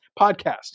podcast